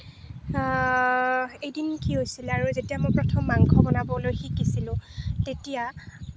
এদিন কি হৈছিলে আৰু যেতিয়া মই প্ৰথম মাংস বনাবলৈ শিকিছিলোঁ তেতিয়া